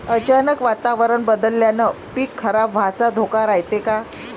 अचानक वातावरण बदलल्यानं पीक खराब व्हाचा धोका रायते का?